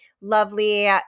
Lovely